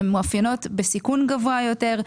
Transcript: הם מאופיינות בסיכון גבוה יותר,